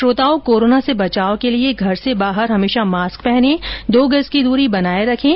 श्रोताओं कोरोना से बचाव के लिए घर से बाहर हमेशा मास्क पहनें और दो गज की दूरी बनाए रखें